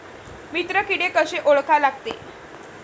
मित्र किडे कशे ओळखा लागते?